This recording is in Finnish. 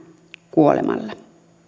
kuolemalla